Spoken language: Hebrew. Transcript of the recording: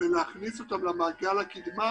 והכניס אותם למעגל הקידמה